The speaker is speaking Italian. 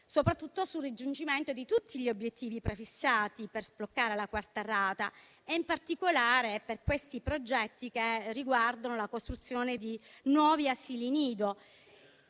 soprattutto sul raggiungimento di tutti gli obiettivi prefissati per sbloccare la quarta rata, in particolare per i progetti che riguardano la costruzione di nuovi asili nido.